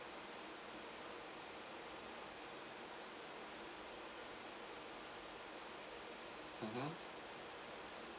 mmhmm